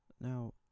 Now